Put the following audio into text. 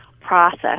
process